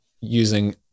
using